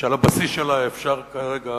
שעל הבסיס שלה אפשר כרגע